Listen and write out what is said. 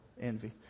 envy